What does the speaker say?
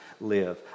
live